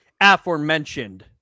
aforementioned